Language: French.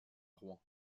rouen